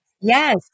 Yes